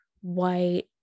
white